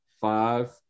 Five